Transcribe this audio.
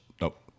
Nope